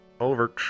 Over